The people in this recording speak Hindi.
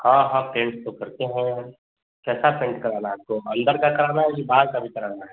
हाँ हाँ पेन्ट तो करते हैं हम कैसा पेन्ट कराना है आपको अन्दर का कराना है कि बाहर का भी कराना है